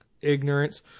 ignorance